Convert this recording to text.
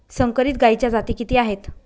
संकरित गायीच्या जाती किती आहेत?